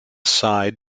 side